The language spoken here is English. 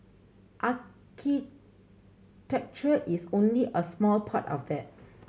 architecture is only a small part of that